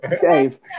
Dave